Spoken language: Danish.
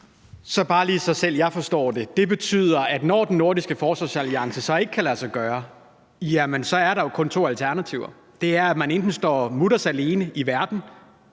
Bare lige, så selv jeg forstår det: Det betyder, at når den nordiske forsvarsalliance så ikke kan lade sig gøre, er der kun to alternativer. Det betyder, at man enten står mutters alene i verden,